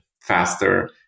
faster